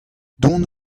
dont